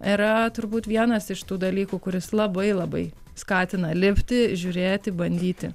yra turbūt vienas iš tų dalykų kuris labai labai skatina lipti žiūrėti bandyti